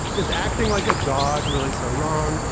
is acting like a dog really so wrong?